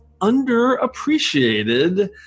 underappreciated